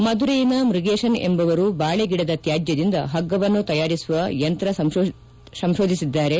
ಮಧುರೈನ ಮ್ನಗೇಶನ್ ಎಂಬುವರು ಬಾಳೆ ಗಿಡದ ತ್ಯಾಜ್ಯದಿಂದ ಹಗ್ಗವನ್ನು ತಯಾರಿಸುವ ಯಂತ್ರ ಸಂಶೋಧಿಸಿದ್ದಾರೆ